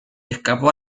escapó